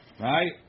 Right